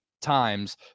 times